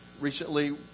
recently